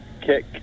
kick